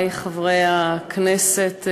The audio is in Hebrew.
חברי חברי הכנסת,